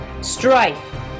strife